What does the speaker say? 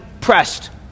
pressed